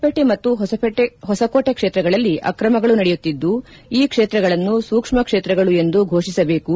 ವೇಟೆ ಮತ್ತು ಹೊಸಕೋಟಿ ಕ್ಷೇತ್ರಗಳಲ್ಲಿ ಅಕ್ರಮಗಳು ನಡೆಯುತ್ತಿದ್ದು ಈ ಕ್ಷೇತ್ರಗಳನ್ನು ಸೂಕ್ಷ್ಮ ಕ್ಷೇತ್ರಗಳು ಎಂದು ಘೋಷಿಸಿಬೇಕು